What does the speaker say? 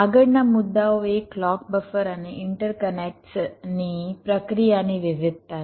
આગળના મુદ્દાઓ એ ક્લૉક બફર અને ઇન્ટરકનેક્ટ્સ ની પ્રક્રિયાની વિવિધતા છે